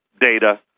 data